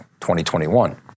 2021